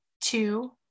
two